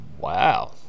wow